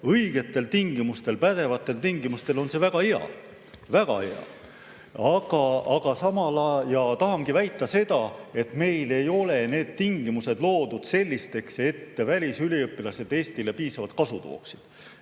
Õigetel tingimustel, pädevatel tingimustel on see väga hea. Väga hea! Ja ma väidangi seda, et meil ei ole need tingimused sellised, et välisüliõpilased Eestile piisavalt kasu tooksid.